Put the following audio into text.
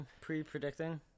pre-predicting